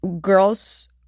Girls